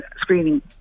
screening